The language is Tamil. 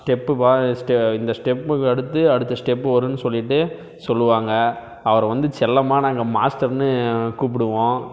ஸ்டெப்பு இந்த ஸ்டெப்புக்கு அடுத்து அந்த ஸ்டெப்பு வரும்னு சொல்லிகிட்டு சொல்லுவாங்க அவரை வந்து செல்லமா நாங்கள் மாஸ்டர்னு கூப்பிடுவோம்